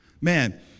Man